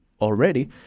already